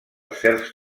certs